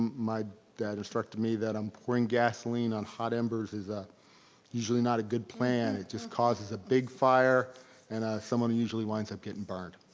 my dad instructed me that um pouring gasoline on hot embers is usually not a good plan. it just causes a big fire and ah someone usually winds up getting burned.